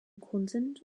konsens